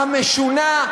המשונה,